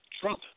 Trump